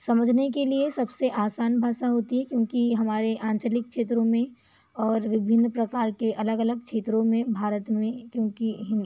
समझने के लिए सब से आसान भाषा होती है क्योंकि हमारे आंचलिक क्षेत्रों में और विभिन्न प्रकार के अलग अलग क्षेत्रों में भारत में क्योंकि हिन